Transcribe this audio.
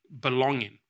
belonging